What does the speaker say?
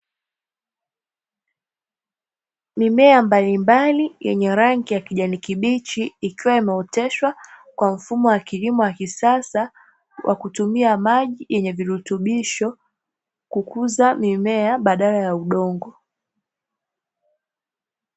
Mimea mbalimbali yenye rangi ya kijani kibichi, ikiwa imeoteshwa kwa mfumo wa kilimo wa kisasa, kwa kutumia maji yenye virutubisho kukuza mimea, badala ya udongo.